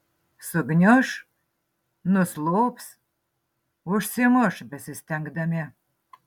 sugniuš nuslops užsimuš besistengdami